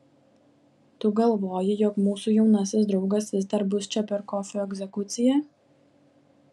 tu galvoji jog mūsų jaunasis draugas vis dar bus čia per kofio egzekuciją